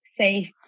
safe